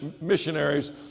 missionaries